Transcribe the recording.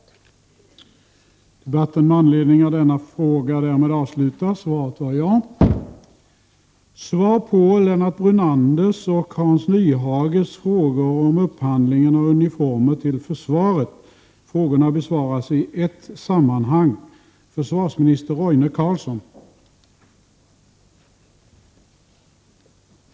13 oktober 1988